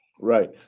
Right